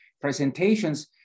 presentations